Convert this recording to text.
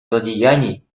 злодеяний